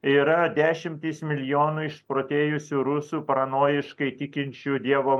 yra dešimtys milijonų išprotėjusių rusų paranojiškai tikinčių dievo